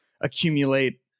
accumulate